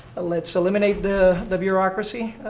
let's eliminate the the bureaucracy.